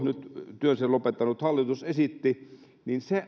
nyt jo työnsä lopettanut hallitus esitti